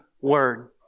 word